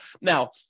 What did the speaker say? Now